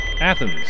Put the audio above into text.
Athens